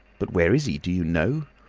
but where is he? do you know?